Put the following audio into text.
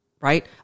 right